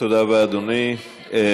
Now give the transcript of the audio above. תודה רבה, אדוני.